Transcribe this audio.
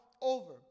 over